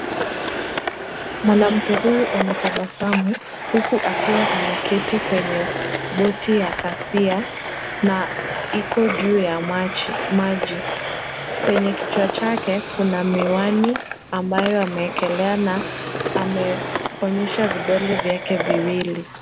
Mwanamke huyu ametabasamu huku akiwa ameketi kwenye boti ya kasia na iko juu ya maji. Kwenye kichwa chake kuna miwani, ambayo ameekelea na ameonyesha vidole vyake viwili.